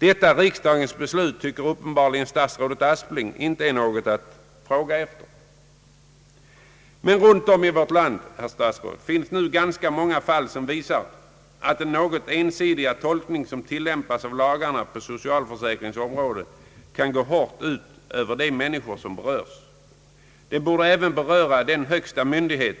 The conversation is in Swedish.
Statsrådet Aspling tycker uppenbarligen att detta riksdagens beslut inte är något att fråga efter. Men runt om i vårt land, herr statsråd, finns nu ganska många fall som visar att den något ensidiga tolkning som tillämpas av lagarna på socialförsäkringens område kan gå hårt ut över de människor som berörs. Det borde även beröra den högsta myndighet